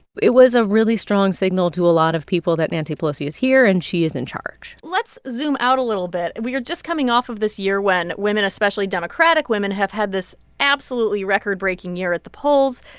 it was a really strong signal to a lot of people that nancy pelosi is here, and she is in charge let's zoom out a little bit. we are just coming off of this year when women, especially democratic women, have had this absolutely record-breaking year at the polls.